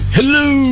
Hello